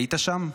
היית שם?